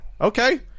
okay